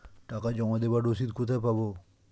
টাকা জমা দেবার রসিদ কোথায় পাব?